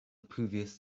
previous